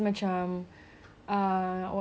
like macam very presentable